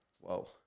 whoa